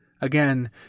Again